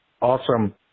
awesome